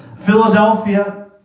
Philadelphia